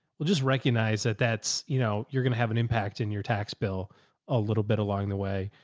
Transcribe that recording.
we'll just recognize that that's, you know, you're going to have an impact in your tax bill a little bit along the way.